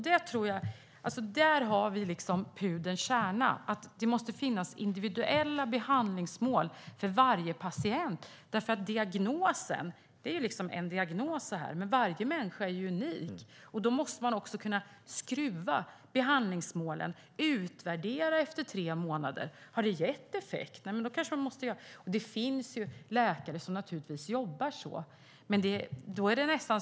Där har vi pudelns kärna. Det måste finnas individuella behandlingsmål för varje patient. Diagnosen är en diagnos, men varje människa är unik. Då måste man kunna skruva behandlingsmålen och utvärdera efter tre månader. Har det gett effekt? Det finns naturligtvis läkare som jobbar så.